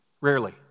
Rarely